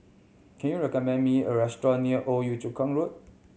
can you recommend me a restaurant near Old Yio Chu Kang Road